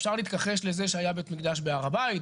אפשר להתכחש לזה שהיה בית מקדש בהר הבית,